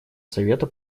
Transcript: совета